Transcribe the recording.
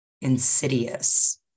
insidious